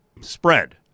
spread